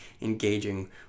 engaging